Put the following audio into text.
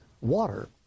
water